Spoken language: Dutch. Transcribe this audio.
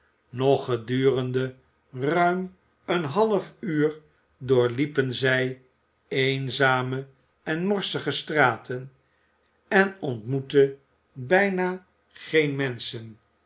nog gedurende ruim een half uur doorliepen zij eenzame en morsige straten en ontmoetten bijna geen mensch